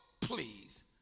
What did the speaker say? Please